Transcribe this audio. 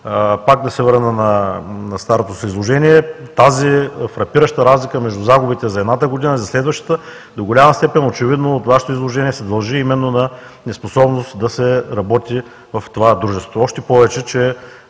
пак да се върна на старото си изложение, тази фрапираща разлика между загубите за едната година и за следващата, до голяма степен, очевидно от Вашето изложение, се дължи именно на неспособност да се работи в това дружество. Още повече, че